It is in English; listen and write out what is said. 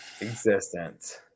existence